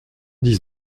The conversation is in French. dix